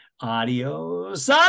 adios